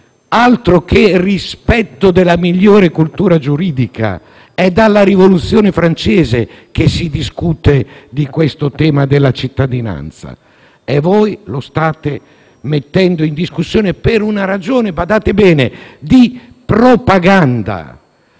Altro che rispetto della migliore cultura giuridica! È dalla Rivoluzione francese che si discute del tema della cittadinanza e voi lo state mettendo in discussione per una ragione - badate bene - di propaganda.